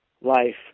life